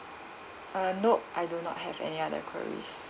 ah nope I do not have any other queries